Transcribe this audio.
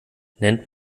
nennt